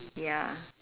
ya